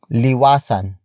liwasan